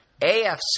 AFC